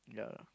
yeah